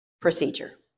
procedure